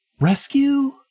rescue